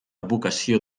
vocació